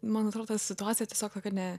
man atrodo ta situacija tiesiog tokia ne